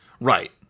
right